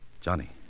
Johnny